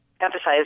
emphasize